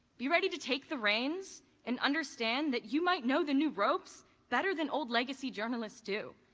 be ready to take the reins and understand that you might know the new ropes better than old legacy journalists do.